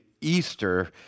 Easter